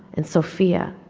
and sofia.